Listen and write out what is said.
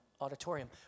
auditorium